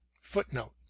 Footnote